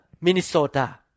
Minnesota